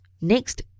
Next